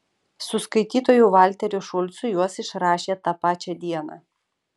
su skaitytoju valteriu šulcu juos išrašė tą pačią dieną